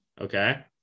Okay